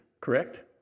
Correct